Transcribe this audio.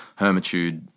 Hermitude